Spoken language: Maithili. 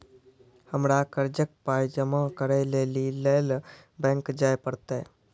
हमरा कर्जक पाय जमा करै लेली लेल बैंक जाए परतै?